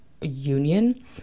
union